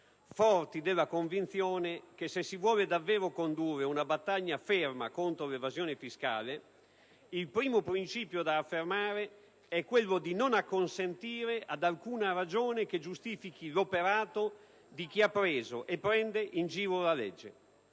forti della convinzione che, se si vuole davvero condurre una battaglia ferma contro l'evasione fiscale, il primo principio da affermare è quello di non acconsentire ad alcuna ragione per giustificare l'operato di chi ha preso e prende in giro la legge.